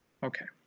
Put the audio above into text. Okay